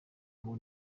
ngo